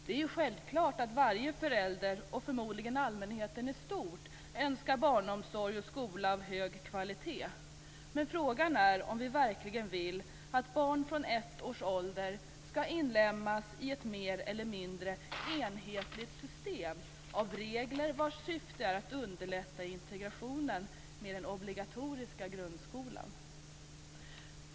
Det är självklart att varje förälder, och förmodligen allmänheten i stort, önskar barnomsorg och skola av hög kvalitet. Men frågan är om vi verkligen vill att barn från ett års ålder skall inlemmas i ett mer eller mindre enhetligt system av regler vars syfte är att underlätta integrationen med den obligatoriska grundskolan.